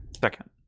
Second